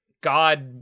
God